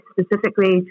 specifically